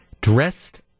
dressed